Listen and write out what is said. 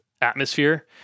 atmosphere